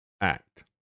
Act